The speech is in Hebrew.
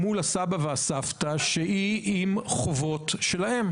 התמקד בשאלה אם על פי הדין הקיים יש זכות להורים השכולים לבקש ליצור